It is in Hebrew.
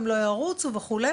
הם לא ירוצו וכדומה,